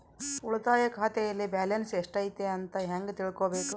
ಉಳಿತಾಯ ಖಾತೆಯಲ್ಲಿ ಬ್ಯಾಲೆನ್ಸ್ ಎಷ್ಟೈತಿ ಅಂತ ಹೆಂಗ ತಿಳ್ಕೊಬೇಕು?